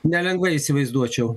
nelengvai įsivaizduočiau